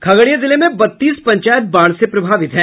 खगड़िया जिले में बत्तीस पंचायत बाढ़ से प्रभावित है